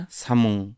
samung